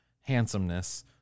handsomeness